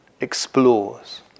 explores